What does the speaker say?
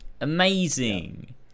Amazing